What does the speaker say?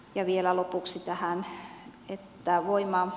ja vielä lopuksi tähän